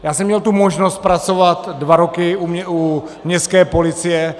Já jsem měl možnost pracovat dva roky u městské policie.